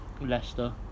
Leicester